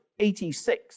86